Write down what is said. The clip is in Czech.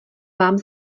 vám